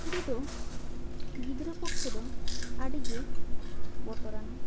ᱪᱷᱩᱨᱤ ᱫᱚ ᱜᱤᱫᱽᱨᱟᱹ ᱯᱚᱠᱠᱷᱮ ᱫᱚ ᱟᱹᱰᱤ ᱜᱮ ᱵᱚᱛᱚᱨ ᱟᱱᱟ